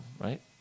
right